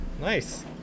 Nice